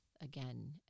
again